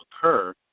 occur